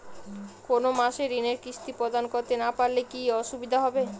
কোনো মাসে ঋণের কিস্তি প্রদান করতে না পারলে কি অসুবিধা হবে?